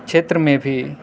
چھیتر میں بھی